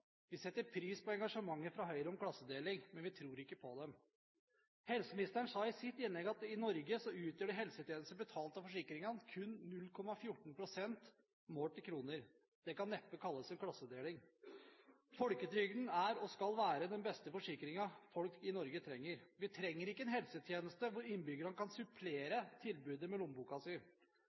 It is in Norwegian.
Vi setter pris på engasjementet fra Høyre om klassedeling, men vi tror ikke på dem. Helseministeren sa i sitt innlegg at i Norge utgjør helsetjenester betalt av forsikringer kun 0,14 pst. målt i kroner. Det kan neppe kalles klassedeling. Folketrygden er, og skal være, den beste forsikringen folk i Norge trenger. Vi trenger ikke en helsetjeneste der innbyggerne kan supplere tilbudet med lommeboka si.